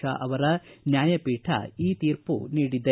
ಶಾ ಅವರ ನ್ಯಾಯಪೀಠ ಈ ತೀರ್ಮ ನೀಡಿದೆ